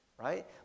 Right